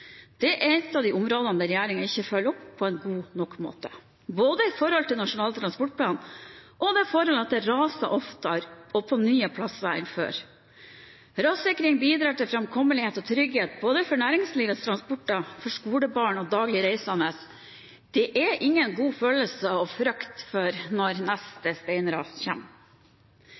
er et av områdene der regjeringen ikke følger opp på en god nok måte, verken i forhold til Nasjonal transportplan eller det forhold at det raser oftere enn før og på nye plasser. Rassikring bidrar til framkommelighet og trygghet, både for næringslivets transporter, for skolebarn og for daglig reisende. Det er ingen god følelse å frykte for når neste steinras